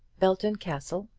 belton castle,